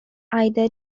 either